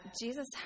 Jesus